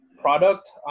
product